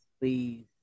Please